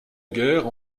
guerre